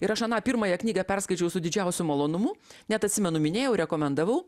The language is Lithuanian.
ir aš aną pirmąją knygą perskaičiau su didžiausiu malonumu net atsimenu minėjau rekomendavau